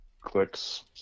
clicks